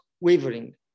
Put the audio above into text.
wavering